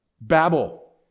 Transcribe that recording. babble